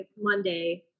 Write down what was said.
Monday